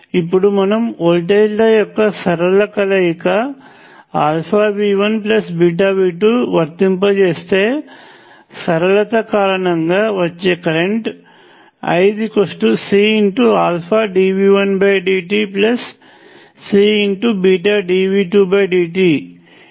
ఇప్పుడు మనము వోల్టేజ్ల యొక్క సరళ కలయిక V1V2 వర్తింపజేస్తే సరళత కారణంగా వచ్చే కరెంట్ ICdv1dtCdv2dt